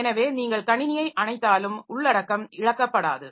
எனவே நீங்கள் கணினியை அணைத்தாலும் உள்ளடக்கம் இழக்கப்படாது